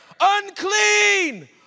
unclean